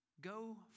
Go